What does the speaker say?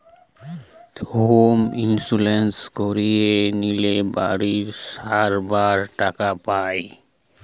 home insurance করিয়ে লিলে বাড়ি সারাবার টাকা পায়